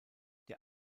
der